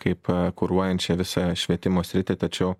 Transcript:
kaip kuruojančią visai švietimo sritį tačiau